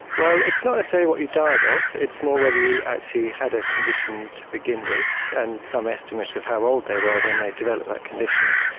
well, it's not necessarily what you died of, it's more whether you actually had a condition to begin with, and some estimate of how old they were when they developed that condition.